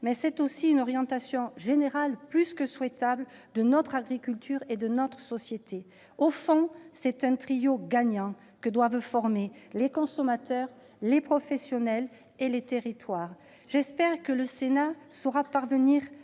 mais c'est aussi une orientation générale plus que souhaitable de notre agriculture et de notre société. Au fond, c'est un trio gagnant que doivent former les consommateurs, les professionnels et les territoires. J'espère que le Sénat saura parvenir à un consensus